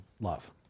love